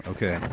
Okay